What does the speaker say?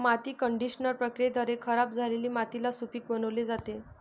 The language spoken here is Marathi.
माती कंडिशनर प्रक्रियेद्वारे खराब झालेली मातीला सुपीक बनविली जाते